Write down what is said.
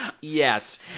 Yes